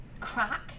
crack